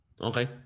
Okay